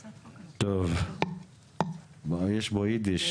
טוב, מאיר דויטש,